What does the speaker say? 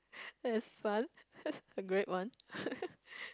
it's fun a great one